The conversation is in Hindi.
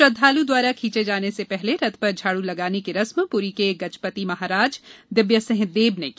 श्रद्वालु द्वारा खींचे जाने से पहले रथ पर झाड़ लगाने की रस्म पुरी के गजपति महाराज दिब्यसिंह देब ने की